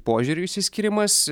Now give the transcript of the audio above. požiūrių išsiskyrimas